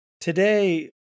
Today